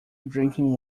drinking